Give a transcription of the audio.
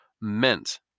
meant